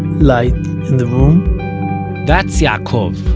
light in the room that's yaakov,